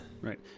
Right